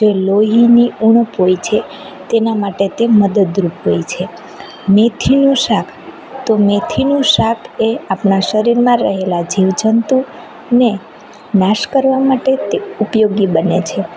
જે લોહીની ઉણપ હોય છે તેના માટે તે મદદરૂપ હોય છે મેથીનું શાક તો મેથીનું શાક એ આપણાં શરીરમાં રહેલાં જીવજંતુને નાશ કરવા માટે તે ઉપયોગી બને છે